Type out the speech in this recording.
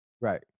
right